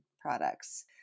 products